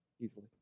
Easily